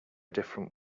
different